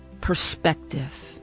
perspective